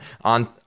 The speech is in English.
on